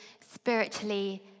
spiritually